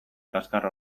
kaskar